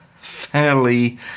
fairly